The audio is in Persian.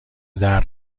درد